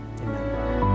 Amen